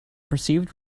perceived